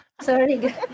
Sorry